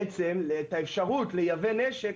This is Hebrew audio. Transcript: את האפשרות לייבא נשק,